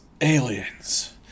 Aliens